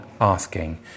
asking